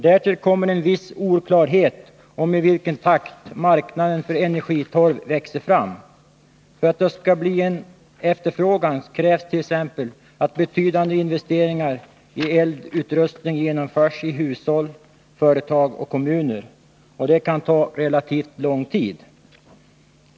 Därtill kommer en viss oklarhet om i vilken takt marknaden för energitorv växer fram. För att det skall bli en efterfråga krävs t.ex. att betydande investeringar i eldningsutrustning genomförs i hushåll, företag och kommuner. Det kan ta relativt lång tid.